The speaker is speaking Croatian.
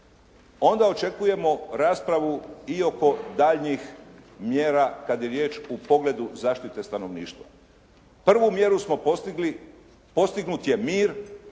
Onda očekujemo raspravu i oko daljnjih mjera kada je riječ u pogledu zaštite stanovništva. Prvu mjeru smo postigli, postignut je mir,